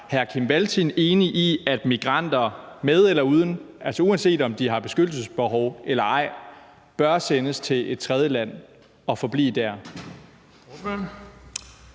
hr. Kim Valentin enig i, at migranter, uanset om de har beskyttelsesbehov eller ej, bør sendes til et tredjeland og forblive der?